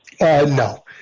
No